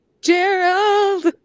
Gerald